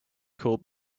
called